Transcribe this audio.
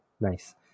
Nice